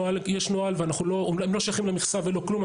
הם לא שייכים למכסה ולא כלום.